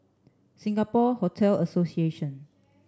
Singapore Hotel Association